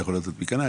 אתה יכול לדעת מי קנה,